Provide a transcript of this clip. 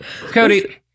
cody